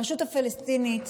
הרשות הפלסטינית,